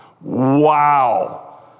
wow